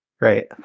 Right